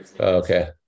Okay